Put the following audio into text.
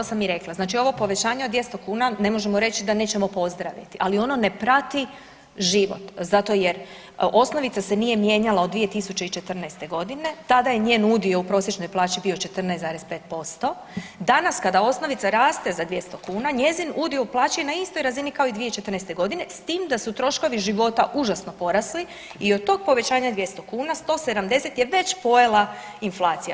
To sam i rekla, znači ovo povećanje od 200 kuna ne možemo reći da nećemo pozdraviti, ali ono ne prati život zato jer osnovica se nije mijenjala od 2014. g., tada je njen udio u prosječnoj plaći bio 14,5%, danas kada osnovica raste za 200 kuna, njezin udio plaće je na istoj razini kao i 2014. g., s tim da su troškovi života užasno porasli i od tog povećanja 200 kuna, 170 je već pojela inflacija.